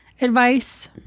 advice